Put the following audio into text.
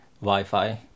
Wi-Fi